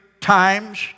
times